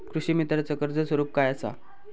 कृषीमित्राच कर्ज स्वरूप काय असा?